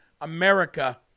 America